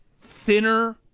thinner